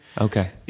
Okay